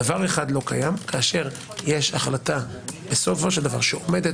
דבר אחד לא קיים כאשר יש החלטה בסופו של דבר שעומדת